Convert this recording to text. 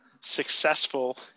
successful